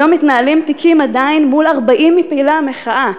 היום מתנהלים עדיין תיקים מול 40 מפעילי המחאה.